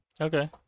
Okay